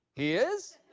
he is?